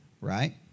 Right